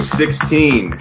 sixteen